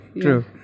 true